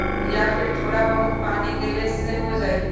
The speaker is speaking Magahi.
या फिर थोड़ा बहुत पानी देबे से हो जाइ?